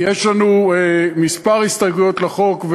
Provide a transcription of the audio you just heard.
יש לנו כמה הסתייגויות לחוק,